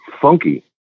funky